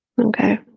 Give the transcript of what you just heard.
Okay